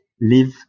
live